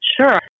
Sure